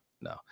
no